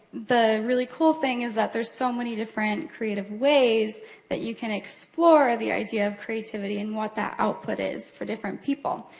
the really cool thing is that there is so many different creative ways that you can explore the idea of creativity, and what that output is for different people.